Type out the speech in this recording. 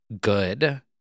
good